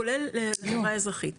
כולל לחברה האזרחית.